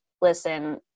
listen